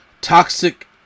toxic